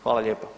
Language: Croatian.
Hvala lijepa.